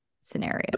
scenario